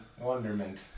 wonderment